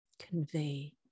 Convey